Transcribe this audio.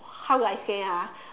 how do I say ah